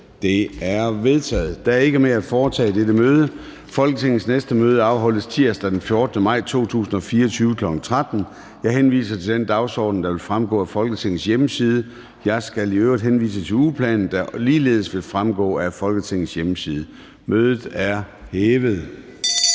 (Søren Gade): Der er ikke mere at foretage i dette møde. Folketingets næste møde afholdes tirsdag den 14. maj 2024, kl. 13.00. Jeg henviser til den dagsorden, der fremgår af Folketingets hjemmeside. Jeg skal i øvrigt henvise til ugeplanen, der ligeledes fremgår af Folketingets hjemmeside. Mødet er hævet.